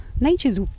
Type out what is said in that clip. nature's